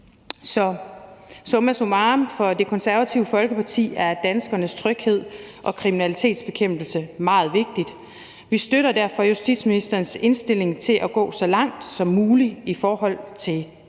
Så summa summarum: For Det Konservative Folkeparti er danskernes tryghed og kriminalitetsbekæmpelse meget vigtigt. Vi støtter derfor justitsministerens indstilling om at gå så langt som muligt i forhold til den